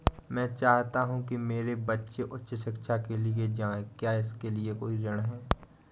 मैं चाहता हूँ कि मेरे बच्चे उच्च शिक्षा के लिए जाएं क्या इसके लिए कोई ऋण है?